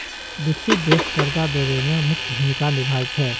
विकसित देश कर्जा देवे में मुख्य भूमिका निभाई छई